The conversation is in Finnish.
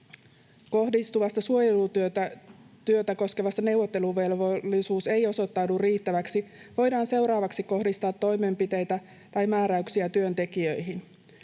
kohdistuva suojelutyötä koskeva neuvotteluvelvollisuus ei osoittaudu riittäväksi, voidaan seuraavaksi kohdistaa toimenpiteitä tai määräyksiä työntekijöihin.